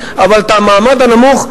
אבל למעמד הנמוך,